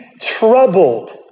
troubled